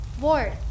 Ward